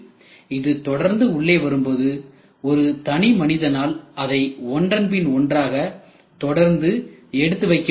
இது தொடர்ந்து உள்ளே வரும்போது ஒரு தனிமனிதனால் அதை ஒன்றன்பின் ஒன்றாக தொடர்ந்து எடுத்து வைக்க முடியாது